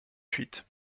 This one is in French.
fuite